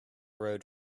road